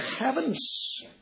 heavens